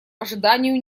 ожиданию